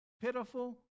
pitiful